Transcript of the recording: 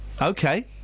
Okay